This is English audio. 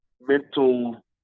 mental